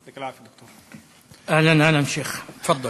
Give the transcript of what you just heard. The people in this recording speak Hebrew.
אהלן, אהלן, שיח', תפאדל.